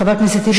חבר הכנסת טיבי,